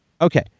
okay